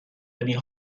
دادی